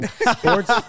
sports